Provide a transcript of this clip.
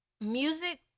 Music